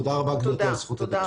תודה רבה גברתי על זכות הדיבור.